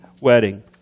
wedding